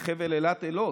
בחבל אילת, אילות,